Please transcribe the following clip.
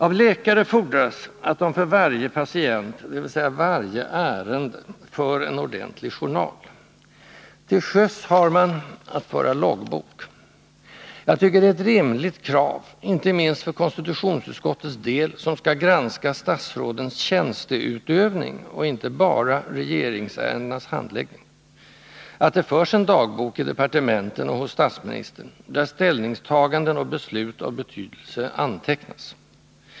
Av läkare fordras att de för varje patient — dvs. varje ”ärende” — för en ordentlig journal. Till sjöss har man att föra loggbok. Jag tycker det är ett 29 rimligt krav — inte minst för konstitutionsutskottets del, som skall granska statsrådens tjänsteutövning — och inte bara ”regeringsärendenas” handläggning — att det förs en dagbok i departementen och hos statsministern, där ställningstaganden och beslut av betydelse antecknas.